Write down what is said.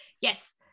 yes